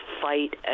fight